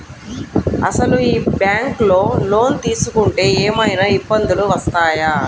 అసలు ఈ బ్యాంక్లో లోన్ తీసుకుంటే ఏమయినా ఇబ్బందులు వస్తాయా?